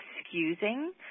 excusing